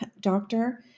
doctor